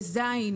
ב-ז'.